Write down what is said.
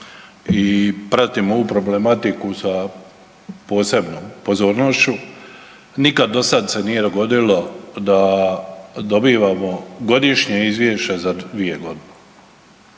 i pratim ovu problematiku sa posebnom pozornošću. Nikad do sada nije se dogodilo da dobivamo godišnje izvješće za 2 godine.